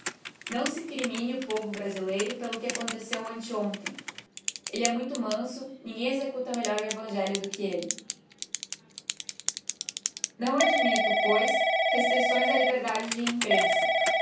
não se crimine o povo brasileiro pelo que aconteceu ante hontem elle é muito manso ninguém executa melhor o evangelho do que elle não admitto pois restricções á liberdade de imprensa